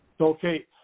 Okay